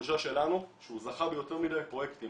התחושה שלנו שהוא זכה ביותר מדי פרויקטים,